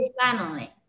family